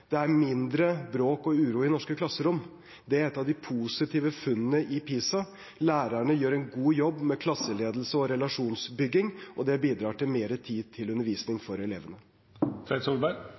Det er mindre bråk og uro i norske klasserom, det er et av de positive funnene i PISA. Lærerne gjør en god jobb med klasseledelse og relasjonsbygging, og det bidrar til mer tid til undervisning for elevene.